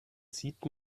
sieht